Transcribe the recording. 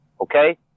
Okay